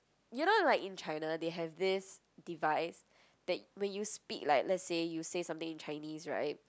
you know like in China they have this device that when you speak like let's say you say something in Chinese [right]